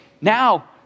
now